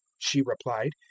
she replied.